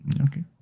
Okay